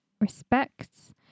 respects